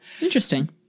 Interesting